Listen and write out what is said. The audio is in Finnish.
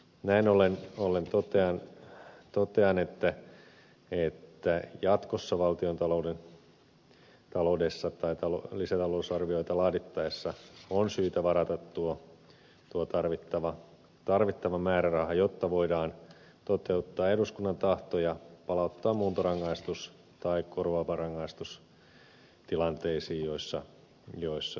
näin ollen totean että jatkossa talousarvioita tai lisätalousarvioita laadittaessa on syytä varata tuo tarvittava määräraha jotta voidaan toteuttaa eduskunnan tahto ja palauttaa muuntorangaistus tai korvaava rangaistus tilanteisiin joissa se on välttämätön